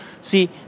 see